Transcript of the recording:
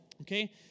Okay